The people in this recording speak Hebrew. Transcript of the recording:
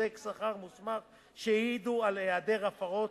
בודק שכר מוסמך שהעידו על היעדר הפרות,